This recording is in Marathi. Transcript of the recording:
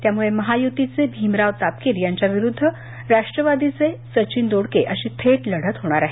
त्यामुळे महायुतीचे भीमराव तापकीर यांच्या विरुद्ध राष्ट्रवादीचे सचिन दोडके अशी थेट लढत होणार आहे